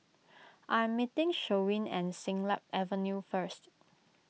I am meeting Sherwin at Siglap Avenue first